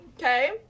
Okay